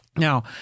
Now